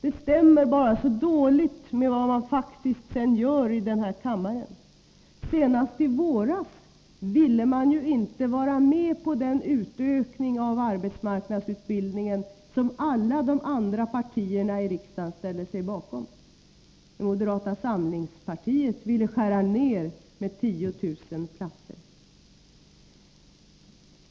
Det stämmer bara så dåligt med vad ni sedan faktiskt gör i kammaren. Senast i våras ville ni inte vara med på den ökning av arbetsmarknadsutbildningen som alla andra partier i riksdagen ställde sig bakom. Moderata samlingspartiet ville skära ned med 10 000 platser.